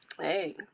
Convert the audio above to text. Hey